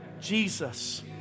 Jesus